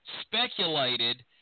speculated